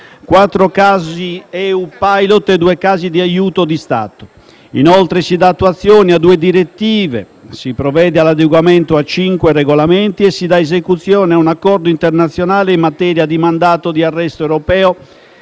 quattro casi EU-Pilot e due casi di aiuto di Stato. Inoltre, si dà attuazione a due direttive; si provvede all'adeguamento a cinque regolamenti e si dà esecuzione a un accordo internazionale in materia di mandato di arresto europeo